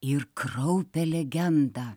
ir kraupią legendą